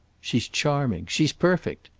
she's charming. she's perfect.